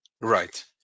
Right